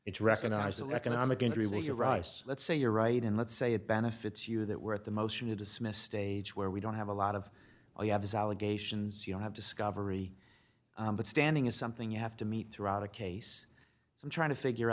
it's recognized the economic interest in your rice let's say you're right and let's say it benefits you that we're at the motion to dismiss stage where we don't have a lot of oh you have these allegations you don't have discovery but standing is something you have to meet throughout a case so i'm trying to figure